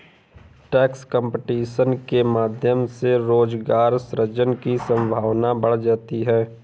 tax competition के माध्यम से रोजगार सृजन की संभावना बढ़ जाती है